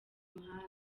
muhanda